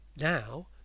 Now